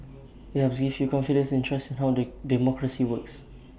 IT helps gives you confidence and trust how the democracy works